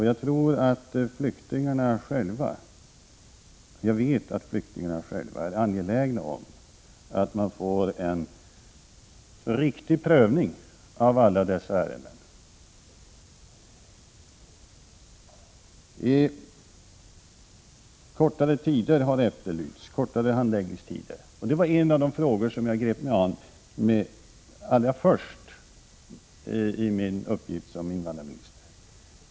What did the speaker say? Jag tror, ja, jag vet att flyktingarna själva är angelägna om att man får till stånd en riktig prövning av alla dessa ärenden. Kortare handläggningstider har efterlysts här, och det var en av de frågor som jag grep mig an allra först i min uppgift som invandrarminister.